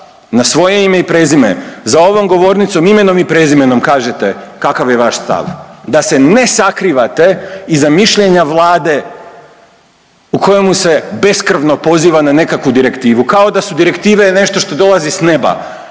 na svoje ime i prezime za ovom govornicom, imenom i prezimenom kažete kakav je vaš stav, da se ne sakrivate iza mišljenja Vlade u kojemu se beskrvno poziva na nekakvu direktivu, kao da su direktive nešto što dolazi s neba,